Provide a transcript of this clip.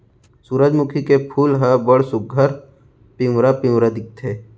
सुरूजमुखी के फूल ह बड़ सुग्घर पिंवरा पिंवरा दिखथे